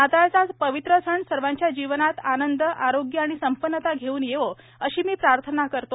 नाताळचा पवित्र सण सर्वांच्या जीवनात आनंद आरोग्य आणि संपन्नता घेवून येवो अशी मी प्रार्थना करतो